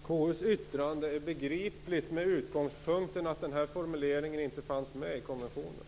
Fru talman! KU:s yttrande är begripligt med utgångspunkten att den här formuleringen inte fanns med i konventionen.